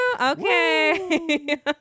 okay